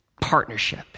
partnership